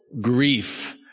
grief